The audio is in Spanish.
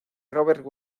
robert